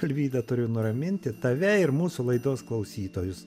alvyda turiu nuraminti tave ir mūsų laidos klausytojus